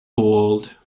bold